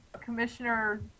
commissioner